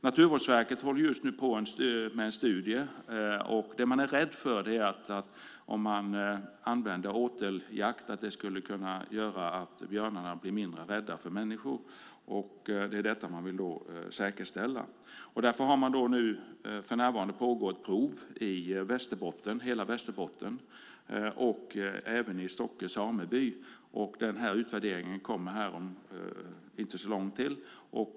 Naturvårdsverket håller just nu på med en studie. Vad man är rädd för är att åteljakt kan göra björnarna mindre rädda för människor. Där vill man säkerställa att så inte blir fallet. Därför pågår för närvarande en provverksamhet i hela Västerbotten, även i Ståkke sameby. Utvärdering kommer inom en inte så lång tid.